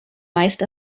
meist